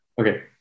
Okay